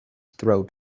throat